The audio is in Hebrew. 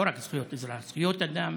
לא רק זכויות אזרח, זכויות אדם